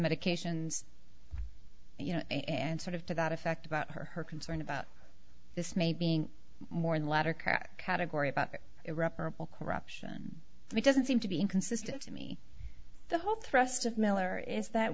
medications you know and sort of to that effect about her her concern about this may being more in the latter crack category about irreparable corruption it doesn't seem to be inconsistent to me the whole thrust of miller is that